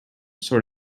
sort